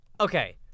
okay